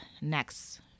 next